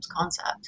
concept